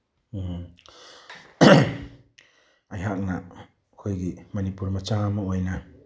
ꯑꯩꯍꯥꯛꯅ ꯑꯩꯈꯣꯏꯒꯤ ꯃꯅꯤꯄꯨꯔ ꯃꯆꯥ ꯑꯃ ꯑꯣꯏꯅ